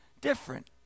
different